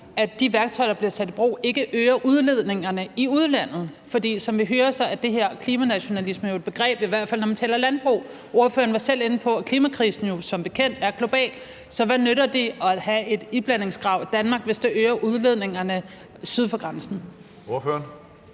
at de værktøjer, der bliver taget i brug, ikke øger udledningerne i udlandet? For som vi hører, er den her klimanationalisme jo et begreb, der bruges, i hvert fald når man taler landbrug. Ordføreren var selv inde på, at klimakrisen jo som bekendt er global, så hvad nytter det at have et iblandingskrav i Danmark, hvis det øger udledningerne syd for grænsen? Kl.